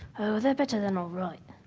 oh, they're better than alright.